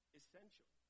essential